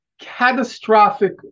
catastrophic